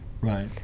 Right